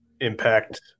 impact